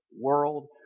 world